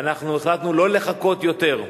ואנחנו החלטנו לא לחכות יותר,